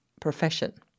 profession